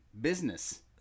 business